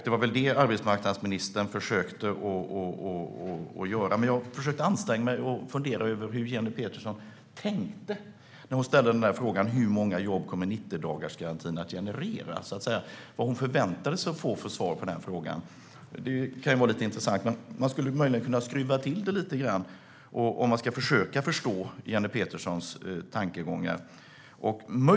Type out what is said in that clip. Det var väl det arbetsmarknadsministern försökte göra. Jag funderar över hur Jenny Petersson tänkte när hon ställde frågan om hur många jobb 90-dagarsgarantin kommer att generera. Vad förväntade hon sig att få för svar på frågan? Det kan vara intressant. Jag kan ju möjligen skruva till lite grann för att försöka förstå Jenny Peterssons tankegångar.